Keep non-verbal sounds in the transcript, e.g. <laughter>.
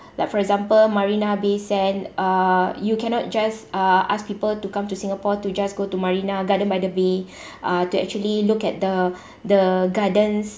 like for example Marina Bay Sands uh you cannot just uh ask people to come to singapore to just go to marina Garden by the Bay <breath> uh to actually look at the <breath> the gardens